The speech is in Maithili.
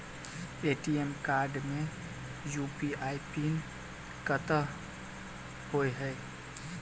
ए.टी.एम कार्ड मे यु.पी.आई पिन कतह होइ है?